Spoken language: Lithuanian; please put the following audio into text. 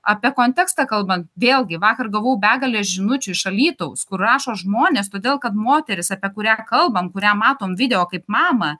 apie kontekstą kalbant vėlgi vakar gavau begalę žinučių iš alytaus kur rašo žmonės todėl kad moteris apie kurią kalbam kurią matom video kaip mamą